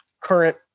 current